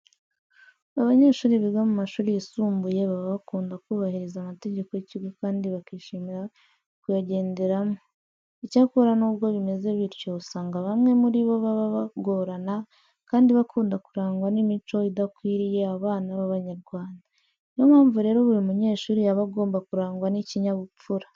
Abanyeshuri biga mu mashuri yisumbuye baba bakunda kubahiriza amategeko y'ikigo kandi bakishimira kuyagenderamo. Icyakora nubwo bimeze bityo, usanga bamwe muri bo baba bagorana kandi bakunda kuranga n'imico idakwiriye abana b'Abanyarwanda. Niyo mpamvu rero buri munyeshuri aba agomba kurangwa n'ikinyabupfura.